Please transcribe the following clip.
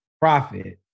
profit